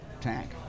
Tank